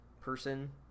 person